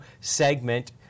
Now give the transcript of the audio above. segment